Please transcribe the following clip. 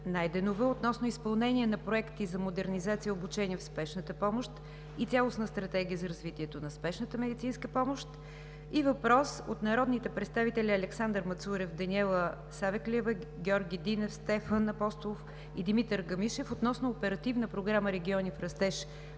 Найденова, относно изпълнение на проекти за модернизация и обучения в спешната помощ, и цялостна стратегия за развитието на спешната медицинската помощ, и въпрос от народните представители Александър Мацурев, Даниела Савеклиева, Георги Динев, Стефан Апостолов и Димитър Гамишев относно Оперативна програма „Региони в растеж“